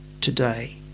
today